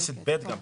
יש את סעיף (ב) גם.